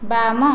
ବାମ